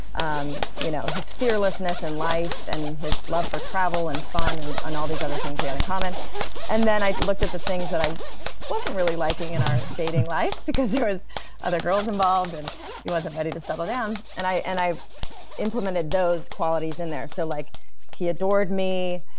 um you know his fearlessness in life and his love for travel and fun and and all these other things we had in common then i looked at the things that i wasn't really liking in our dating life, because there was other girls involved and he wasn't ready to settle down, and i and i implemented those qualities in there. so like he adored me,